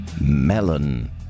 Melon